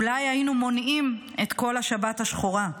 אולי היינו מונעים את כל השבת השחורה.